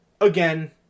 Again